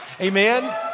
Amen